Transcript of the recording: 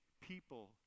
people